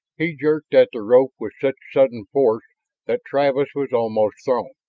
he jerked at the rope with such sudden force that travis was almost thrown.